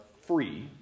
free